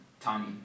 Tommy